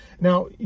Now